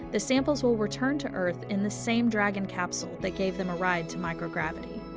the samples will return to earth in the same dragon capsule that gave them a ride to microgravity.